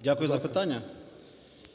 12:40:11